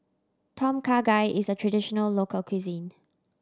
Tom Kha Gai is a traditional local cuisine